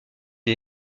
des